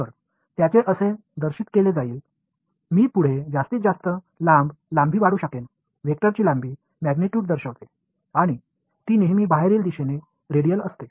तर त्यांचे असे दर्शित केले जाईल मी पुढे जास्तीत जास्त लांब लांबी काढू शकेन व्हेक्टरची लांबी मॅग्नीट्यूड दर्शवते आणि ती नेहमी बाहेरील दिशेने रेडियल असते